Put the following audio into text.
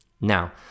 Now